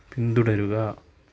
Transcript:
പിന്തുടരുക